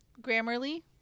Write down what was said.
Grammarly